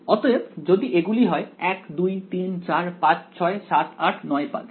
অতএব যদি এগুলি হল 1 2 3 4 5 6 7 8 9 পালস